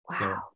Wow